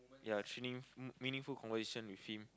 ya meaningful conversation with him